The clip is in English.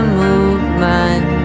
movement